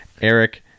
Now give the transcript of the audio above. eric